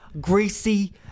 greasy